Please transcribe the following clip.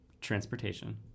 transportation